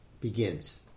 begins